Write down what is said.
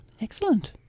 Excellent